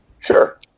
sure